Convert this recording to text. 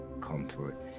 comfort